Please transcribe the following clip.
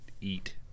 eat